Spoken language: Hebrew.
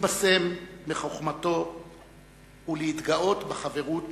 להתבשם מחוכמתו ולהתגאות בחברות